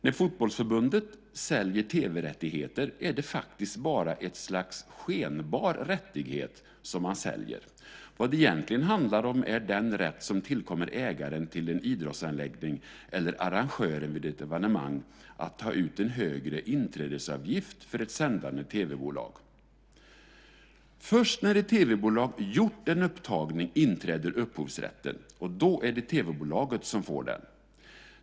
När Fotbollförbundet säljer tv-rättigheter är det faktiskt bara ett slags skenbar rättighet som man säljer. Vad det egentligen handlar om är den rätt som tillkommer ägaren till en idrottsanläggning eller arrangören vid ett evenemang att ta ut en högre inträdesavgift för ett sändande tv-bolag. Först när ett tv-bolag gjort en upptagning inträder upphovsrätten, och då är det tv-bolaget som får den.